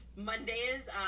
Mondays